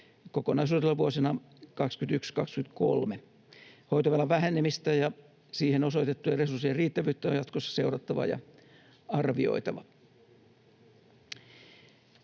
kokonaisuutena vuosina 21—23. Hoitovelan vähenemistä ja siihen osoitettujen resurssien riittävyyttä on jatkossa seurattava ja arvioitava.